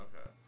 Okay